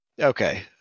Okay